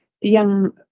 young